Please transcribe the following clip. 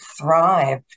thrive